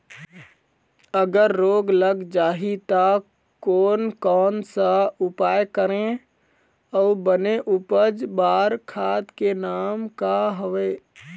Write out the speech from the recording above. अगर रोग लग जाही ता कोन कौन सा उपाय करें अउ बने उपज बार खाद के नाम का हवे?